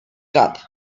cup